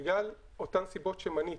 בגלל אותן סיבות שמנית